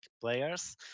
players